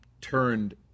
turned